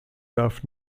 darf